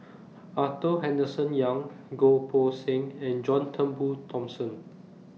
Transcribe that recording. Arthur Henderson Young Goh Poh Seng and John Turnbull Thomson